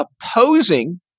opposing